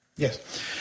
Yes